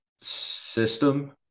system